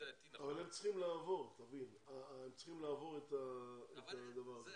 תבחנו את זה,